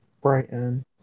Brighton